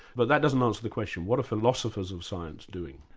but that doesn't answer the question. what are philosophers of science doing?